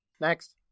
Next